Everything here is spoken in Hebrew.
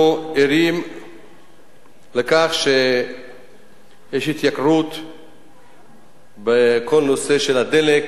אנחנו ערים לכך שיש התייקרות בכל הנושא של הדלק